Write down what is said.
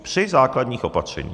Při základních opatřeních.